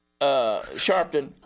Sharpton